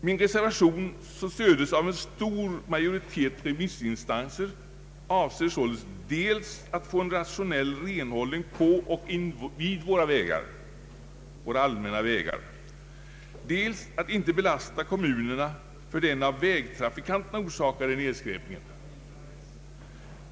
Min reservation, som stöds av en stor majoritet remissinstanser, avser således dels att få en rationell renhållning på och invid våra allmänna vägar, dels att inte belasta kommunerna med den av vägtrafikanterna orsakade nedskräpningen.